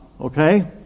okay